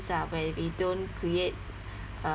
ah where we don't create uh